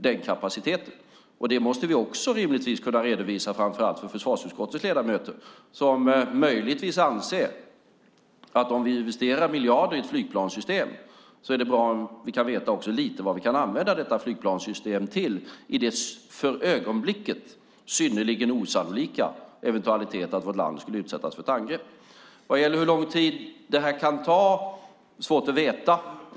Det måste vi rimligtvis också kunna redovisa framför allt för försvarsutskottets ledamöter, som möjligtvis anser att det om vi investerar miljarder i ett flygplanssystem är bra om vi också vet vad vi kan använda detta flygplanssystem till i den för ögonblicket synnerligen osannolika eventualiteten att vårt land skulle utsättas för angrepp. Vad gäller hur lång tid detta kan ta är det svårt att veta.